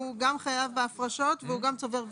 הוא גם חייב בהפרשות והוא גם צובר ותק.